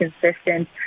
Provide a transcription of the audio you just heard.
consistent